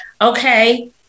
okay